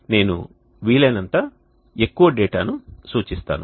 కాబట్టి నేను వీలైనంత ఎక్కువ డేటాను సూచిస్తాను